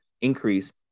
increase